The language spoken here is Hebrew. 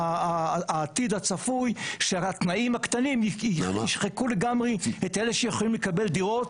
העתיד הצפוי שהתנאים הקטנים ישחקו לגמרי את אלו שיכולים לקבל דירות,